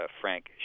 Frank